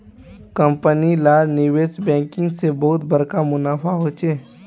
company लार निवेश banking से बहुत बड़का मुनाफा होचे